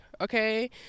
okay